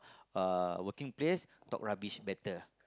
uh working place talk rubbish better